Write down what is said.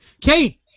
Kate